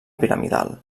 piramidal